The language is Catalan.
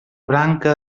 branca